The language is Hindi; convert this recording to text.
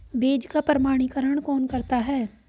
बीज का प्रमाणीकरण कौन करता है?